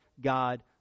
God